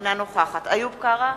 אינה נוכחת איוב קרא,